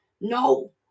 no